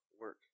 work